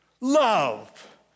love